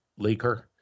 leaker